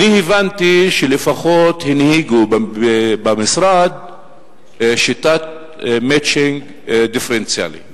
הבנתי שלפחות הנהיגו במשרד שיטת "מצ'ינג" דיפרנציאלית,